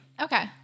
Okay